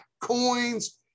Coins